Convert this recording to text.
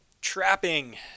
trapping